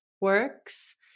works